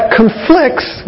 conflicts